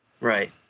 Right